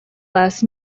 last